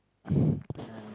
uh